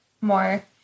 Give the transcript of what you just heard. more